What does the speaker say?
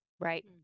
Right